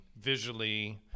visually